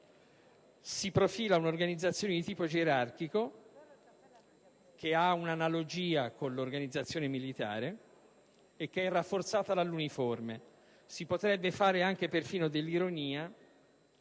Si profila un'organizzazione di tipo gerarchico, che ha un'analogia con l'organizzazione militare e che è rafforzata dall'uniforme. Si potrebbe persino ironizzare